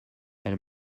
elle